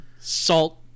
salt